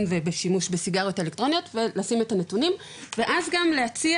ובשימוש בסיגריות אלקטרוניות ולשים את הנתונים ואז גם להציע,